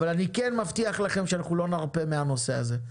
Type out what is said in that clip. אבל אני כן מבטיח לכם שאנחנו לא נרפה מהנושא הזה.